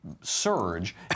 surge